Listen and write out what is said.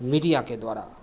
media के द्वारा